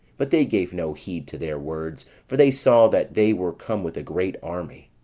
but they gave no heed to their words for they saw that they were come with a great army.